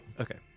Okay